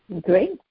Great